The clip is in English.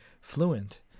fluent